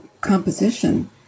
composition